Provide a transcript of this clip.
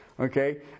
Okay